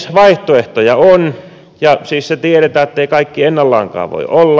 mutta vaihtoehtoja on ja siis se tiedetään ettei kaikki ennallaankaan voi olla